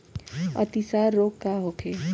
अतिसार रोग का होखे?